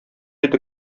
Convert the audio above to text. иде